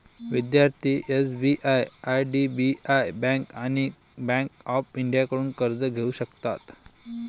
विद्यार्थी SBI IDBI bank आणि bank of इंडियाकडून कर्ज घेऊ शकतात